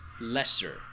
lesser